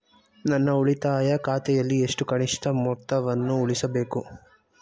ನನ್ನ ಉಳಿತಾಯ ಖಾತೆಯಲ್ಲಿ ಎಷ್ಟು ಕನಿಷ್ಠ ಮೊತ್ತವನ್ನು ಉಳಿಸಬೇಕು?